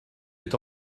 est